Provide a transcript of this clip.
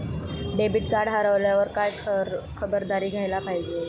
Debit card हरवल्यावर काय खबरदारी घ्यायला पाहिजे?